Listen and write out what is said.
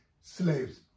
slaves